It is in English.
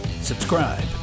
Subscribe